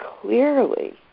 clearly